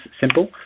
simple